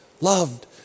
loved